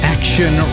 Action